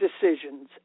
decisions